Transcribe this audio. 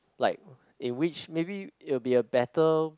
like in which maybe it will be a battle